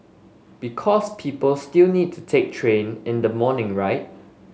because people still need to take train in the morning right